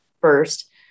first